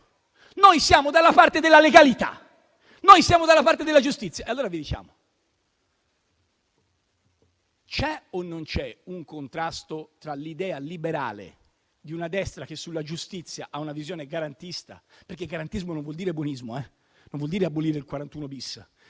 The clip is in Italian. Noi siamo dalla parte della legalità, siamo dalla parte della giustizia. Vi diciamo, allora: c'è o non c'è un contrasto tra l'idea liberale di una destra che sulla giustizia ha una visione garantista - garantismo non vuol dire buonismo, attenzione, non vuol dire abolire il 41-*bis*